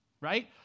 right